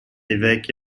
évêque